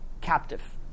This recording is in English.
captive